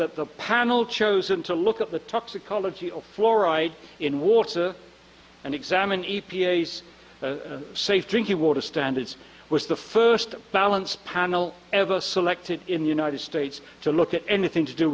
that the panel chosen to look at the toxicology of fluoride in water and examine e p a s safe drinking water standards was the first balanced panel ever selected in the united states to look at anything to do